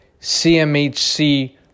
CMHC